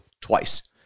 twice